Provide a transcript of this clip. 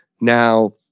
now